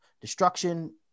destruction